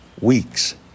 weeks